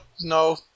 No